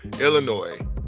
Illinois